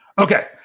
Okay